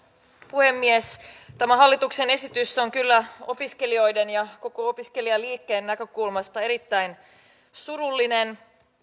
puhemies tämä hallituksen esitys on kyllä opiskelijoiden ja koko opiskelijaliikkeen näkökulmasta erittäin surullinen